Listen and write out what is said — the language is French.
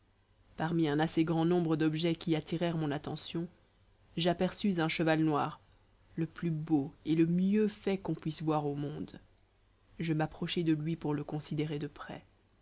parmi un assez grand nombre d'objets qui attirèrent mon attention j'aperçus un cheval noir le plus beau et le mieux fait qu'on puisse voir au monde je m'approchai de lui pour le considérer de près